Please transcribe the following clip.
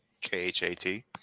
K-H-A-T